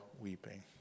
weeping